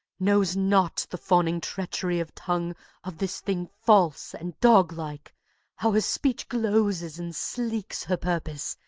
knows not the fawning treachery of tongue of this thing false and dog-like how her speech glozes and sleeks her purpose,